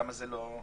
למה לא?